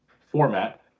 format